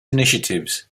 initiatives